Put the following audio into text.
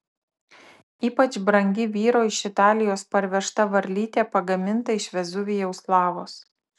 ypač brangi vyro iš italijos parvežta varlytė pagaminta iš vezuvijaus lavos